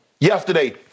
Yesterday